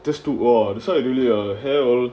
there's two or decide actually a hair or